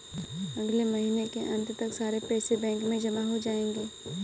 अगले महीने के अंत तक सारे पैसे बैंक में जमा हो जायेंगे